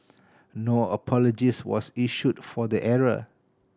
no apologies was issued for the error